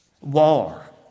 war